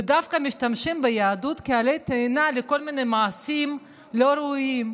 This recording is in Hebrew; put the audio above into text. ודווקא משתמשים ביהדות כעלה תאנה לכל מיני מעשים לא ראויים.